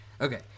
Okay